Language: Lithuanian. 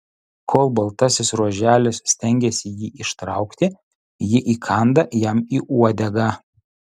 kol baltasis ruoželis stengiasi jį ištraukti ji įkanda jam į uodegą